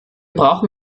brauchen